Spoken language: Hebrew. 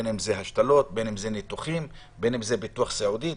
השתלמות, ניתוחים, ביטוח סיעודי.